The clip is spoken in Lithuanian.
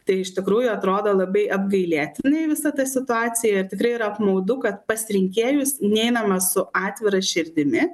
tai iš tikrųjų atrodo labai apgailėtinai visa ta situacija tikrai yra apmaudu kad pas rinkėjus neinama su atvira širdimi